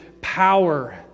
power